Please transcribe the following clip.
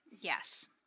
Yes